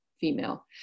female